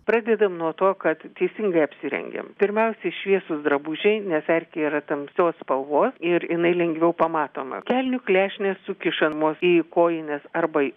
pradėdam nuo to kad teisingai apsirengiam pirmiausiai šviesūs drabužiai nes erkė yra tamsios spalvos ir jinai lengviau pamatoma kelnių klešnės sukišamos į kojines arba